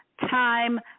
time